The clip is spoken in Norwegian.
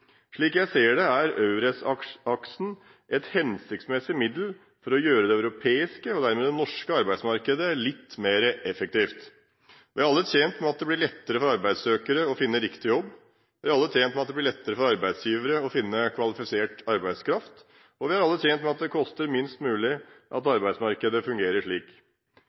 Slik jeg ser det, er EURES-aksen et hensiktsmessig middel for å gjøre det europeiske og dermed det norske arbeidsmarkedet litt mer effektivt. Vi er alle tjent med at det blir lettere for arbeidssøkere å finne riktig jobb. Vi er alle tjent med at det blir lettere for arbeidsgivere å finne kvalifisert arbeidskraft. Og vi er alle tjent med at det koster minst mulig at arbeidsmarkedet fungerer slik.